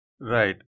Right